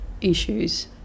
issues